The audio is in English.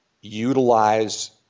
utilize